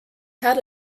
had